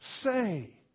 say